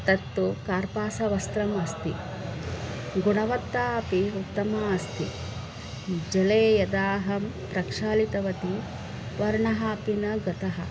तत्तु कार्पासवस्त्रम् अस्ति गुणवत्ता अपि उत्तमा अस्ति जले यदाहं प्रक्षालितवती वर्णः अपि न गतः